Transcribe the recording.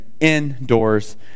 indoors